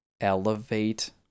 elevate